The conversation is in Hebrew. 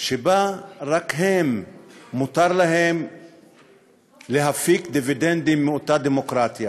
שבה רק להם מותר להפיק דיבידנדים מאותה דמוקרטיה,